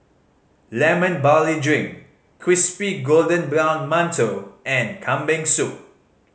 Lemon Barley Drink crispy golden brown mantou and Kambing Soup